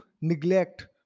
neglect